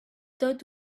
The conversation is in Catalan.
tot